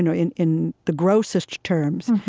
and in in the grossest terms,